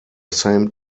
same